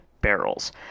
barrels